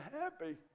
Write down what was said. happy